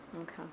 Okay